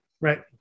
Right